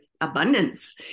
abundance